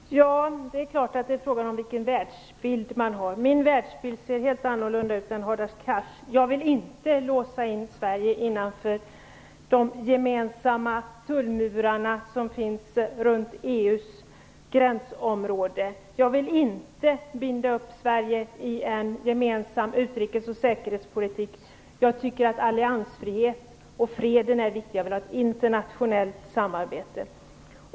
Fru talman! Det är klart att det är frågan om vilken världsbild man har. Min världsbild ser helt annorlunda ut än Hadar Cars. Jag vill inte låsa in Sverige innanför de gemensamma tullmurar som finns runt EU:s gränsområde. Jag vill inte binda upp Sverige till en gemensam utrikes och säkerhetspolitik. Jag tycker att alliansfrihet och fred är viktigt. Jag vill ha ett internationellt samarbete.